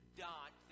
dot